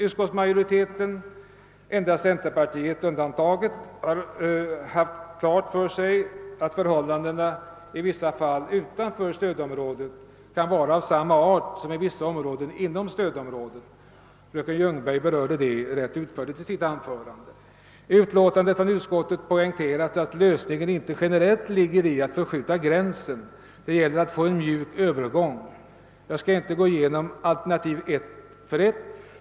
Utskottsmajoriteten — endast centerpartiet är undantaget — har haft klart för sig att förhållandena utanför stödområdet i vissa fall kan vara av samma art som i en del områden inom detta. Fröken Ljungberg berörde det rätt utförligt i sitt anförande. I utskottets utlåtande poängteras att lösningen inte generellt ligger i att förskjuta gränsen. Det gäller att få en mjuk övergång. Jag skall inte gå igenom alternativen ett och ett.